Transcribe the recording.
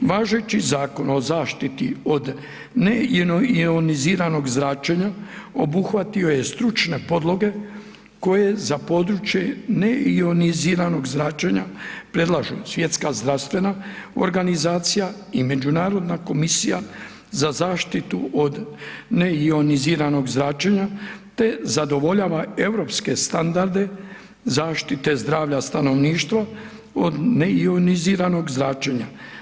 Važeći Zakon o zaštiti od neioniziranog zračenja obuhvatio je stručne podloge koje za područje neioniziranog zračenja predlažu Svjetska zdravstvena organizacija i Međunarodna komisija za zaštitu od neioniziranog zračenja te zadovoljava europske standarde zaštite zdravlja stanovništva od neioniziranog zračenja.